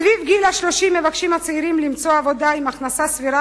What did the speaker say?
סביב גיל 30 הצעירים מבקשים למצוא עבודה עם הכנסה סבירה,